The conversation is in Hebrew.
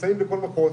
שנמצאים בכל מחוז,